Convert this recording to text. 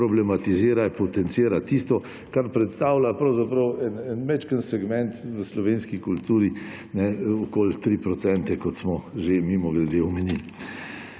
problematizira in potencira tisto, kar predstavlja majčken segment v slovenski kulturi, okoli 3 %, kot smo že mimogrede omenili.